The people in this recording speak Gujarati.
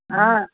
હા